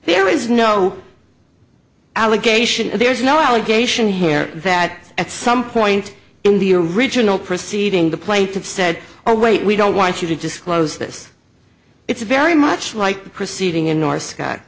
there is no allegation there's no allegation here that at some point in the original proceeding the plaintiff said oh wait we don't want you to disclose this it's very much like the proceeding in north s